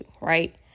right